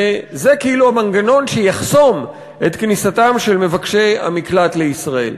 וזה כאילו המנגנון שיחסום את כניסתם של מבקשי המקלט לישראל.